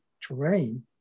terrain